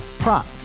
Prop